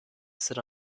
sit